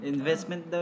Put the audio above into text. Investment